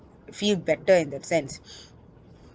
feel better in that sense